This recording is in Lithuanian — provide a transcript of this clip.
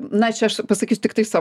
na čia aš pasakysiu tiktai savo